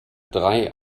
drei